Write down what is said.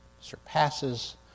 surpasses